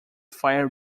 fire